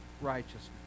righteousness